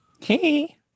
Hey